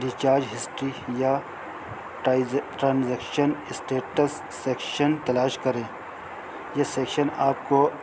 ڈیچارج history یا transaction status section تلاش کریں یہ سیکشن آپ کو